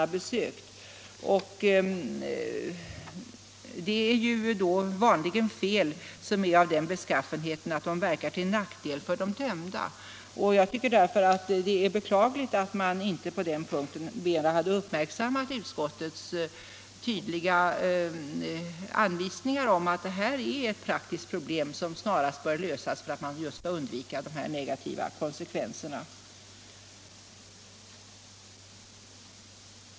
Vanligen har felen då varit av den beskaffenheten att de verkat till nackdel för de dömda. Jag tycker därför att det är beklagligt att man inte mera har uppmärksammat utskottets tydliga anvisningar om att här finns det ett praktiskt problem som snarast borde lösas, så att vi sluppit dessa negativa konsekvenser.